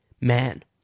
man